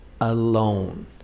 alone